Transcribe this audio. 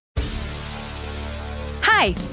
Hi